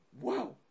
Wow